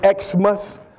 Xmas